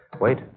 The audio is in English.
Wait